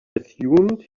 assumed